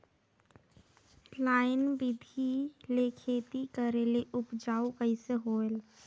Line बिधी ले खेती करेले उपजाऊ कइसे होयल?